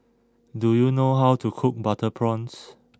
do you know how to cook Butter Prawns